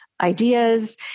ideas